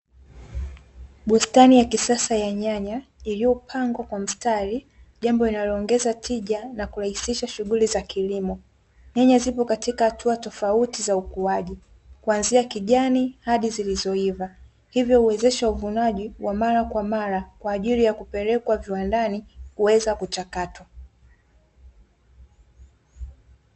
Bustani ya kisasa ya nyanya iliyopangwa kwa mstari jambo linaloongeza tija na kulahisisha shughuli za kilimo, nyanya zipo katika hatua tofauti ya ukuaji kuanzia kijani hadi zilizoiva , hivyo huwezesha uvunaji wa mara kwa mara kwa ajili ya kupelekwa viwandani, kuweza kuchakatwa.